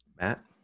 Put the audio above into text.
Matt